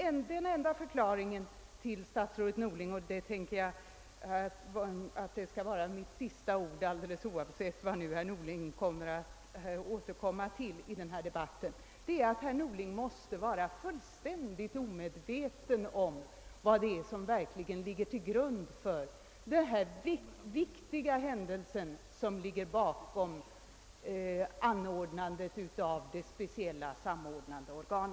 Den enda förklaringen till statsrådet Norlings agerande — och det är mitt sista ord här i debatten alldeles oavsett vad herr Norling kommer att säga — är att herr Norling måste vara fullständigt omedveten om bakgrunden till den viktiga händelse som föranledde inrättandet av detta speciella samordnande organ.